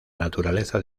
naturaleza